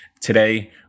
today